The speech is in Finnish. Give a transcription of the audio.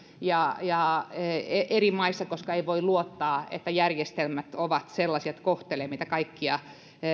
eri maissa koska ei voi luottaa että järjestelmät ovat sellaisia että ne kohtelevat meitä kaikkia